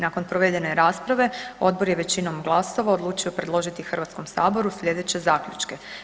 Nakon provedene rasprave, odbor je većinom glasova odlučio predložiti Hrvatskom saboru slijedeće zaključke.